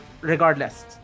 regardless